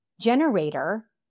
generator